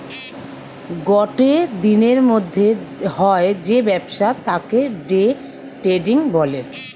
গটে দিনের মধ্যে হয় যে ব্যবসা তাকে দে ট্রেডিং বলে